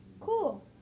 Cool